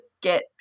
get